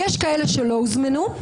יש כאלה שלא הוזמנו,